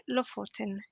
Lofoten